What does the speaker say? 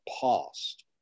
past